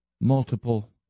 multiple